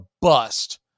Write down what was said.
bust